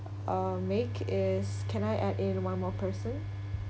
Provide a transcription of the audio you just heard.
um make is can I add in one more person